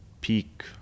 peak